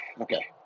okay